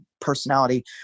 personality